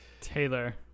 Taylor